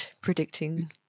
predicting